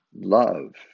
love